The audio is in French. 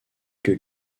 que